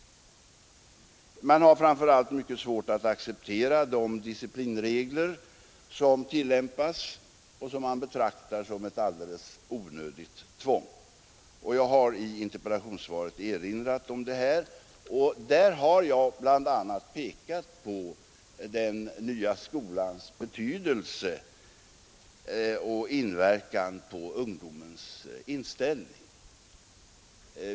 Man har framför allt mycket svårt att acceptera de disciplinregler som tillämpas och som man betraktar som ett alldeles onödigt tvång. Jag har i interpellationssvaret erinrat om det här och bl.a. pekat på den nya skolans inverkan på ungdomens inställning.